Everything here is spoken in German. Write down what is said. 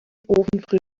ofenfrische